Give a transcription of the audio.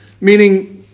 meaning